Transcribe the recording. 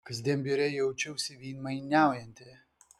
kasdien biure jaučiausi veidmainiaujanti